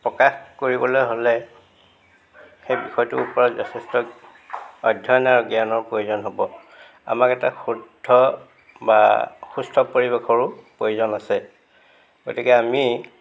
প্ৰকাশ কৰিবলৈ হ'লে সেই বিষয়টোৰ ওপৰত যথেষ্ট অধ্য়য়ন আৰু জ্ঞানৰ প্ৰয়োজন হ'ব আমাক এটা শুদ্ধ বা সুস্থ পৰিৱেশৰো প্ৰয়োজন আছে গতিকে আমি